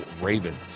Ravens